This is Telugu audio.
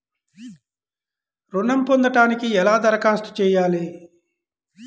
ఋణం పొందటానికి ఎలా దరఖాస్తు చేయాలి?